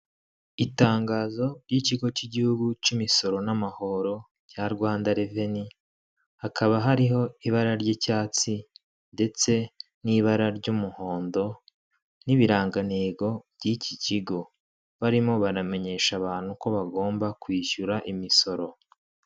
Itangazo ry'ikigo cy'igihugu cy'imisoro n'amahoro cya rwanda reveni; hakaba hariho ibara ry'icyatsi ndetse n'ibara ry'umuhondo n'ibirangantego by'iki kigo; barimo baramenyesha abantu ko bagomba kwishyura imisoro.